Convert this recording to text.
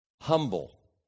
humble